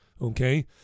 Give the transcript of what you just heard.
okay